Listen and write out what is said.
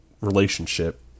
relationship